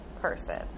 person